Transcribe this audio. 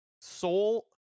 Soul